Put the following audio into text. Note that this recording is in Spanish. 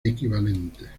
equivalentes